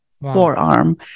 forearm